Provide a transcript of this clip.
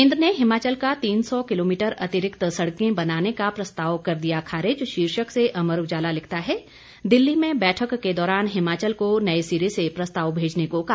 केन्द्र ने हिमाचल का तीन सौ किलोमीटर अतिरिक्त सड़कें बनाने का प्रस्ताव कर दिया खारिज शीर्षक से अमर उजाला लिखता है दिल्ली में बैठक के दौरान हिमाचल को नए सिरे से प्रस्ताव भेजने को कहा